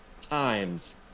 times